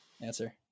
answer